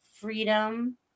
freedom